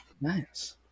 Nice